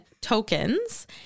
tokens